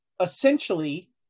essentially